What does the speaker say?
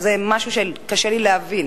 שזה משהו שקשה לי להבין.